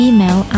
Email